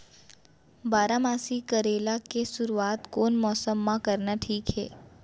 बारामासी करेला के शुरुवात कोन मौसम मा करना ठीक हे?